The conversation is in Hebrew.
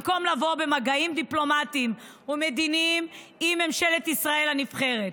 במקום לבוא במגעים דיפלומטיים ומדיניים עם ממשלת ישראל הנבחרת,